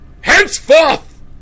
Henceforth